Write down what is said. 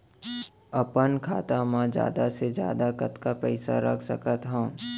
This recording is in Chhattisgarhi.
अपन खाता मा जादा से जादा कतका पइसा रख सकत हव?